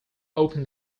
opened